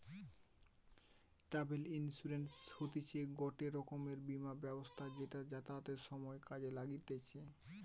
travel insurance হতিছে গটে রকমের বীমা ব্যবস্থা যেটা যাতায়াতের সময় কাজে লাগতিছে